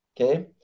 Okay